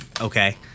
Okay